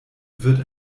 wird